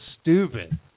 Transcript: stupid